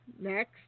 next